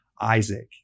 Isaac